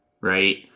right